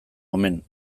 omen